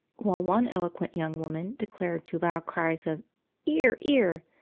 while one eloquent young woman declared, to loud cries of ear, ear!